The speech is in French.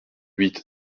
huit